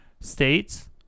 states